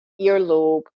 earlobe